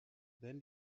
then